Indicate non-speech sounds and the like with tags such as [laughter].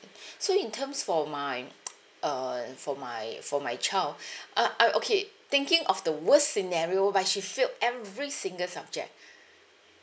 [breath] so in terms for my uh for my for my child [breath] uh I okay thinking of the worst scenario by she failed every single subject [breath]